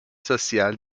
sociale